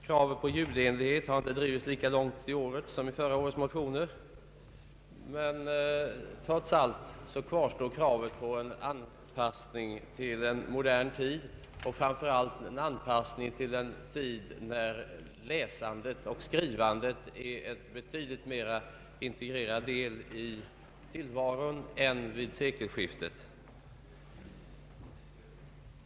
Kravet på ljudenlighet har inte drivits lika långt i årets motioner som i förra årets, men trots allt kvarstår kravet på en anpassning till en modern tid och framför allt en anpassning till en tid när läsandet och skrivandet är en betydligt mera integrerad del i tillvaron än vid sekelskiftet.